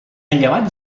llevant